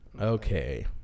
Okay